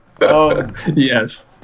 yes